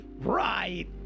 right